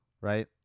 right